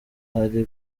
harry